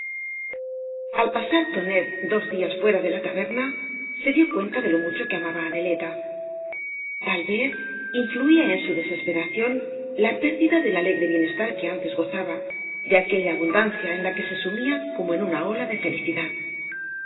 al pasar tonet dos días fuera de la taberna ee dio cuenta de io mucho que amaba á neleta tal vez iofluia eu su deaesperacióa la pérdida del alegre bienestar que antes gozaba de aquella abundancia en la que se sumía como en una ola de felicidad